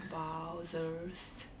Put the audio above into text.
wowzers